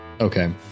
Okay